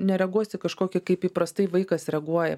nereaguosi kažkokį kaip įprastai vaikas reaguoja